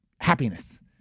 happiness